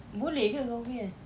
boleh ke kau punya